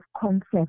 concept